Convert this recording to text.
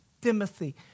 Timothy